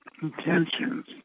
Intentions